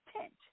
tent